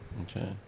Okay